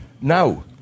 now